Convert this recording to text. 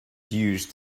used